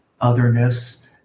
otherness